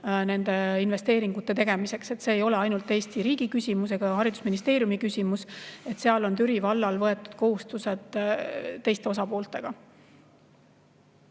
nende investeeringute tegemiseks. See ei ole ainult Eesti riigi küsimus ega haridusministeeriumi küsimus. Seal on Türi vallal võetud kohustused teiste osapoolte